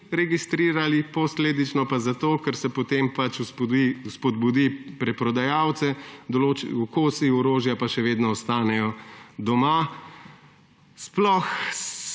registrirali, posledično pa zato, ker se potem spodbudi preprodajalce, kosi orožja pa še vedno ostanejo doma. Sploh